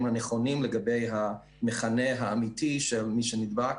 הנכונים לגבי המכנה האמיתי של מי שנדבק,